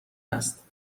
است